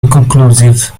inconclusive